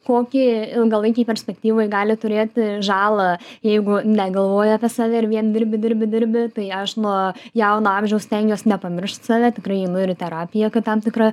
kokį ilgalaikėj perspektyvoj gali turėti žalą jeigu negalvoji apie save ir vien dirbi dirbi dirbi tai aš nuo jauno amžiaus stengiuos nepamiršt save tikrai einu ir į terapiją kad tam tikrą